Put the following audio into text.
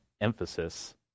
emphasis